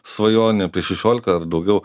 svajonė apie šešiolika ar daugiau